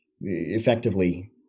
effectively